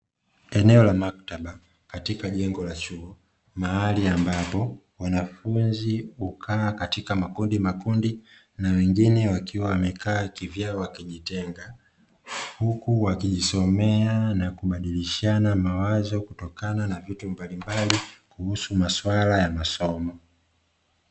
Eneo la maktaba katika jengo la chuo, mahali ambapo wanafunzi hukaa katika makundi makundi na wengine wakiwa wakekaa kivyao wamejitenga, huku wakijisomea na kubadilishana mawazo kutokana na vitu mbalimbali na kuhusu mambo ya masomo.